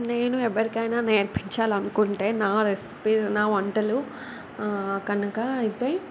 నేను ఎవరికైనా నేర్పించాలి అనుకుంటే నా రెస్పీ నా వంటలు కనుక అయితే